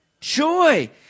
Joy